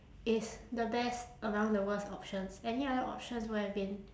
is the best among the worst options any other options would have been